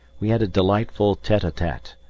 we had a delightful tete-a-tete,